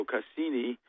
Cassini